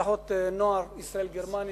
משלחות נוער ישראל גרמניה,